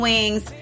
Wings